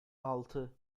altı